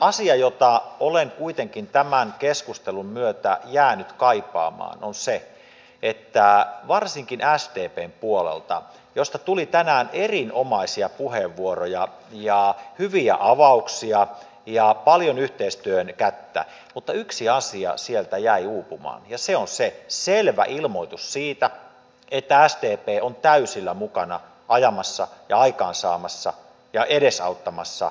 asia jota olen kuitenkin tämän keskustelun myötä jäänyt kaipaamaan on se että varsinkin sdpn puolelta josta tuli tänään erinomaisia puheenvuoroja hyviä avauksia ja paljon yhteistyön kättä yksi asia jäi uupumaan ja se on selvä ilmoitus siitä että sdp on täysillä mukana ajamassa ja aikaansaamassa ja edesauttamassa yhteiskuntasopimuksen syntyä